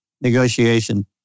negotiation